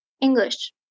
English